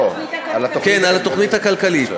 לא, על התוכנית, כן, על התוכנית הכלכלית.